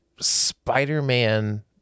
Spider-Man